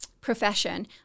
profession